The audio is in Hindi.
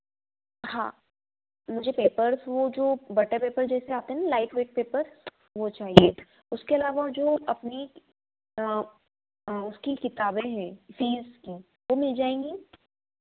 हाँ मुझे पेपर्स वह जो बटर पेपर जैसे आते हैं ना लाइट वेट पेपर वह चाहिए था उसके अलावा मुझे जो अपनी उसकी किताबे हैं फ़ीस की वह मिल जाएँगी